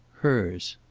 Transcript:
hers.